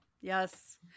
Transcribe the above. yes